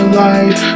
life